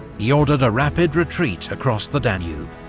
he ordered a rapid retreat across the danube.